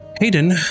Hayden